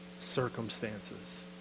circumstances